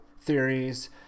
theories